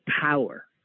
power